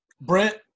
Brent